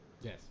Yes